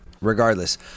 regardless